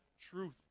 truth